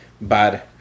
bad